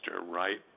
Right